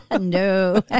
no